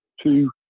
two